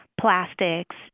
plastics